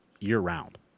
year-round